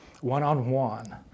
one-on-one